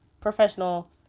professional